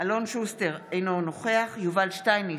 אינו נוכח יובל שטייניץ,